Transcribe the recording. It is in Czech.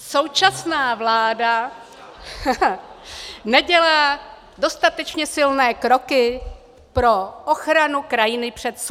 Současná vláda nedělá dostatečně silné kroky pro ochranu krajiny před suchem.